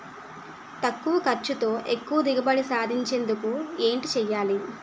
తక్కువ ఖర్చుతో ఎక్కువ దిగుబడి సాధించేందుకు ఏంటి చేయాలి?